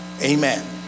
amen